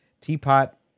Teapot